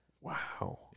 Wow